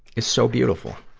is so beautiful.